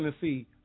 see